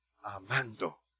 amando